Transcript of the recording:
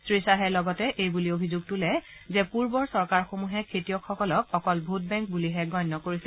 শ্ৰীধাহে লগতে এই বুলি অভিযোগ তোলে যে পূৰ্বৰ চৰকাৰসমূহে খেতিয়কসকলক অকল ভোটবেংক বুলিহে গণ্য কৰিছিল